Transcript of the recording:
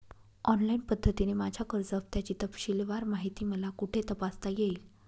Online पद्धतीने माझ्या कर्ज हफ्त्याची तपशीलवार माहिती मला कुठे तपासता येईल?